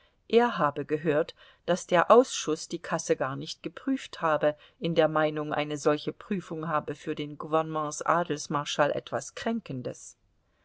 er habe gehört daß der ausschuß die kasse gar nicht geprüft habe in der meinung eine solche prüfung habe für den gouvernements adelsmarschall etwas kränkendes